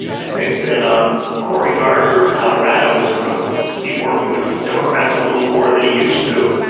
i think that um cory gardner of colorado is going to be working with democrats a little more than he used to.